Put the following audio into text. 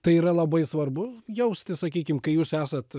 tai yra labai svarbu jausti sakykim kai jūs esat